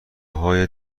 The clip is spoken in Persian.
های